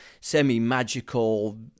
semi-magical